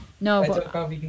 No